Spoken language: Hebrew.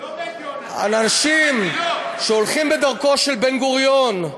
אנשים שהולכים בדרכו של בן-גוריון,